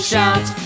Shout